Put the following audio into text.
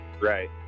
Right